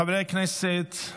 חברי הכנסת,